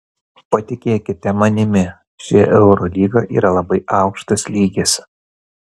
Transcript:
patikėkite manimi ši eurolyga yra labai aukštas lygis